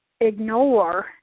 ignore